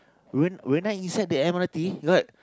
when when I inside the M_R_T got